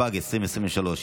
התשפ"ג 2023,